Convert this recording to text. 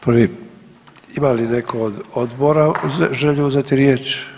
Prvi, ima li neko od odbora želju uzeti riječ?